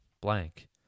blank